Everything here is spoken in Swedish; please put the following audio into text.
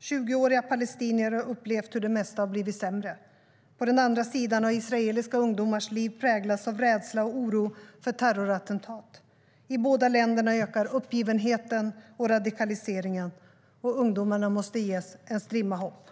20-åriga palestinier har upplevt hur det mesta har blivit sämre. På den andra sidan har israeliska ungdomars liv präglats av rädsla och oro för terrorattentat. I båda länderna ökar uppgivenheten och radikaliseringen. Ungdomarna måste ges en strimma hopp.